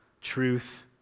truth